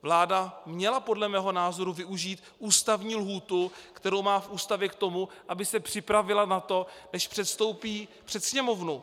Vláda měla podle mého názoru využít ústavní lhůtu, kterou má v Ústavě, k tomu, aby se připravila na to, než předstoupí před Sněmovnu.